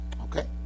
Okay